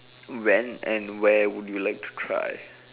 when and where would you like to try